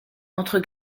entre